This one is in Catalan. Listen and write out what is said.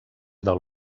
del